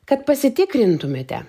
kad pasitikrintumėte